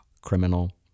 criminal